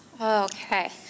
Okay